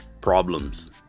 problems